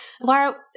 Laura